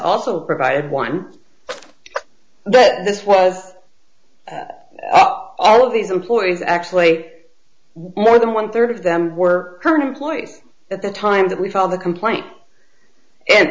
also provided one but this was all of these employees actually more than one rd of them were current employees at the time that we filed the complaint and